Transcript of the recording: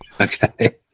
Okay